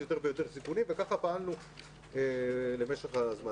יותר ויותר סיכונים וככה פעלנו במשך הזמן.